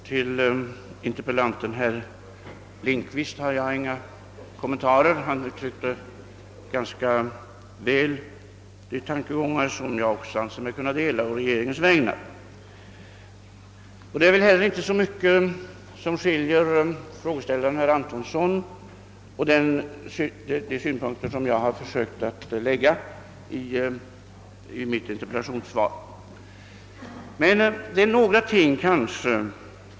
Herr talman! Till vad interpellanten herr Lindkvist anförde har jag inga kommentarer att göra. Han uttryckte ganska väl tankegångar som jag på regeringens vägnar anser mig kunna dela. Det är väl inte heller så mycket som skiljer frågeställaren herr Antonssons uppfattning och min. Men ett par kommentarer vill jag ändå göra med anledning av herr Antonssons inlägg.